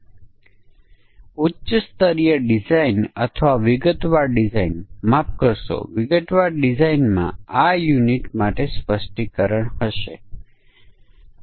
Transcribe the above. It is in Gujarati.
હવે ચાલો કહો એકમ એક ફંકશન છે કે જે હોય છે અને ફંકશન પુસ્તક ઇસ્યુ કરવાનું છે અને પેરામિટરમાં તે book id લે છે